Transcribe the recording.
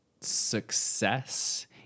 success